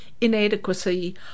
inadequacy